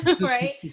right